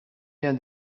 bien